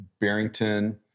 Barrington